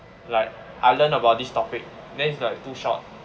like I learnt about this topic then it's like too short